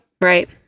right